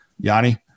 Yanni